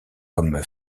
comme